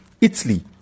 Italy